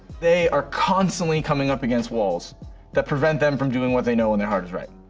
they are constantly coming up against walls that prevent them from doing what they know in their heart is right.